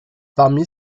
parmi